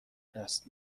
دست